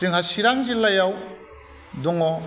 जोंहा चिरां जिल्लायाव दङ